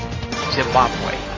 Zimbabwe